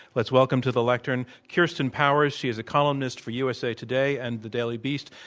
let's welcome to the lecturn kirsten powers. she is a columnist for usa today and the daily beast,